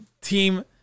team